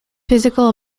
physical